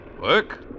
Work